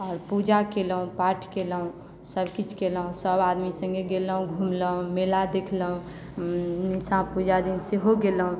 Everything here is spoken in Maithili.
आओर पूजा केलहुँ पाठ केलहुँ सभ किछु केलहुँ सभ आदमी सङ्गे गेलहुँ घुमलहुँ मेला देखलहुँ निशापूजा दिन सेहो गेलहुँ